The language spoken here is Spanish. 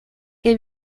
que